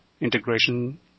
integration